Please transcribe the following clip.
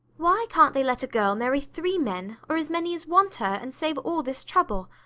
why can't they let a girl marry three men, or as many as want her, and save all this trouble?